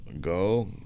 go